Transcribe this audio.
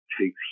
takes